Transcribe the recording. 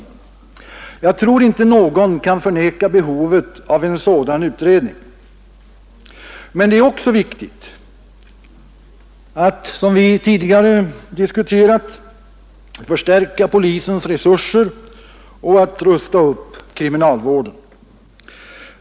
Jag tror inte någon kan förneka behovet av en sådan utredning. Men det är också viktigt att, som vi tidigare diskuterat, förstärka polisens resurser och att rusta upp kriminalvården.